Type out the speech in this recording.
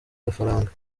gafaranga